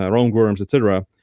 roundworms, etc,